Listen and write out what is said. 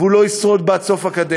והוא לא ישרוד בה עד סוף הקדנציה.